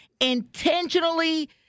intentionally